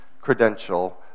credential